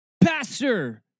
Pastor